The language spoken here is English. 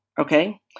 Okay